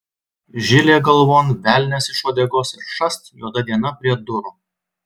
žilė galvon velnias iš uodegos ir šast juoda diena prie durų